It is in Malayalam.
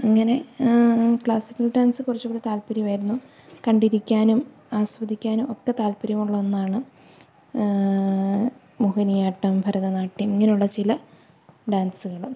അങ്ങനെ ക്ലാസിക്കൽ ഡാൻസ് കുറച്ചുംകൂടെ താൽപര്യമായിരുന്നു കണ്ടിരിക്കാനും ആസ്വദിക്കാനും ഒക്കെ താൽപര്യമുള്ള ഒന്നാണ് മോഹിനിയാട്ടം ഭരതനാട്യം ഇങ്ങനെയുള്ള ചില ഡാൻസുകള്